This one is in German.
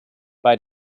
bei